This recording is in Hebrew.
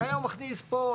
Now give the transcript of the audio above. אתה היום מכניס פה,